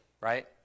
right